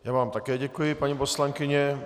Já vám také děkuji, paní poslankyně.